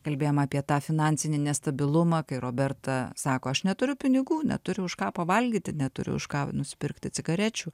kalbėjom apie tą finansinį nestabilumą kai roberta sako aš neturiu pinigų neturiu už ką pavalgyti neturiu už ką nusipirkti cigarečių